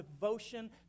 devotion